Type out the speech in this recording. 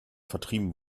vertrieben